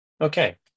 Okay